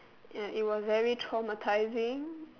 ya it was very traumatising